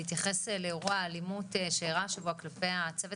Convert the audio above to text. להתייחס לאירוע האלימות שאירע השבוע כלפי הצוות